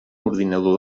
ordinador